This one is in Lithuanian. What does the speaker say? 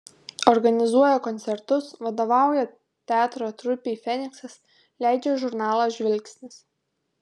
organizuoja koncertus vadovauja teatro trupei feniksas leidžia žurnalą žvilgsnis